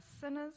sinners